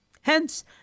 Hence